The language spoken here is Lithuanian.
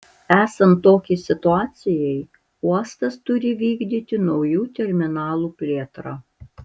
esant tokiai situacijai uostas turi vykdyti naujų terminalų plėtrą